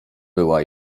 była